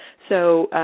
so,